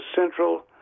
central